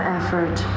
effort